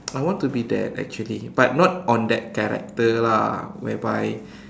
I want to be that actually but not on that character lah whereby